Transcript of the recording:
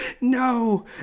no